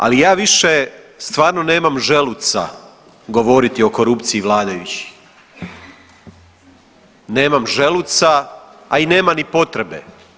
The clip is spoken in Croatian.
Ali ja više stvarno nemam želuca govoriti o korupciji vladajućih, nemam želuca, a i nema potrebe.